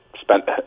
spent